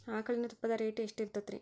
ಆಕಳಿನ ತುಪ್ಪದ ರೇಟ್ ಎಷ್ಟು ಇರತೇತಿ ರಿ?